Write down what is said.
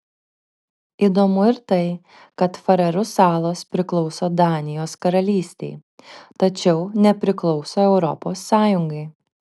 įdomu ir tai kad farerų salos priklauso danijos karalystei tačiau nepriklauso europos sąjungai